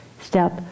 step